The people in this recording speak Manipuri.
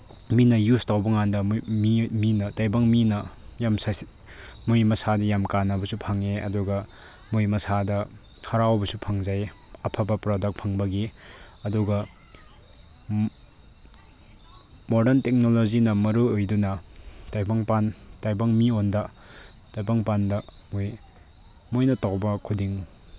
ꯃꯤꯅ ꯌꯨꯁ ꯇꯧꯕꯀꯥꯟꯗ ꯃꯤꯅ ꯇꯥꯏꯕꯪ ꯃꯤꯅ ꯌꯥꯝ ꯃꯣꯏ ꯃꯁꯥꯗ ꯌꯥꯝ ꯀꯥꯅꯕꯁꯨ ꯐꯪꯉꯦ ꯑꯗꯨꯒ ꯃꯣꯏ ꯃꯁꯥꯗ ꯍꯔꯥꯎꯕꯁꯨ ꯐꯪꯖꯩ ꯑꯐꯕ ꯄ꯭ꯔꯣꯗꯛ ꯐꯪꯕꯒꯤ ꯑꯗꯨꯒ ꯃꯣꯔꯗꯔꯟ ꯇꯦꯛꯅꯣꯂꯣꯖꯤꯅ ꯃꯔꯨ ꯑꯣꯏꯗꯨꯅ ꯇꯥꯏꯕꯪꯄꯥꯟ ꯇꯥꯏꯕꯪ ꯃꯤꯉꯣꯟꯗ ꯇꯥꯏꯕꯪꯄꯥꯟꯗ ꯃꯣꯏ ꯃꯣꯏꯅ ꯇꯧꯕ ꯈꯨꯗꯤꯡ